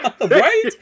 right